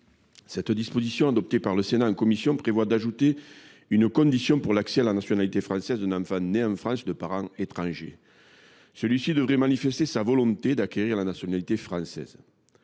cette disposition, adoptée par le Sénat en commission, devait subsister, on ajouterait une condition pour l’accès à la nationalité française d’un enfant né en France de parents étrangers. Celui ci devrait « manifester la volonté » d’acquérir la nationalité française.